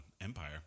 empire